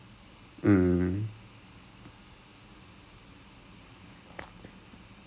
இன்னொருதங்கே வந்து இன்னொருதங்கே வந்து:inoruthangae vanthu inoruthangae vanthu bone bruise ன்னு டாங்கே:nnu taangae